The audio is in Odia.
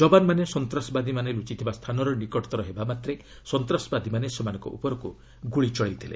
ଯବାନମାନେ ସନ୍ତାସବାଦୀମାନେ ଲୁଚିଥିବା ସ୍ଥାନର ନିକଟତର ହେବାମାତ୍ରେ ସନ୍ତାସବାଦୀମାନେ ସେମାନଙ୍କ ଉପରକୁ ଗୁଳି ଚଳାଇଥିଲେ